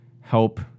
help